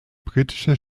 britische